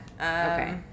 Okay